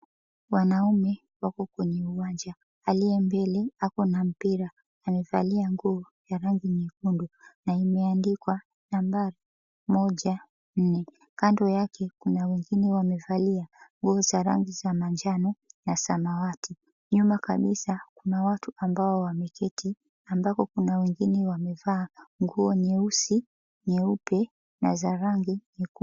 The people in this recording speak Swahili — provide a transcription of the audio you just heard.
Wanaume wako kwenye uwanja. Aliye mbele ako na mpira amevalia nguo ya rangi nyekundu na imeandikwa nambari moja, nne. Kando yake kuna wengine wamevalia nguo za rangi za manjano ya samawati. Nyuma kabisa kuna watu ambao wameketi ambako kuna wengine wamevaa nguo nyeusi, nyeupe na za rangi nyekundu.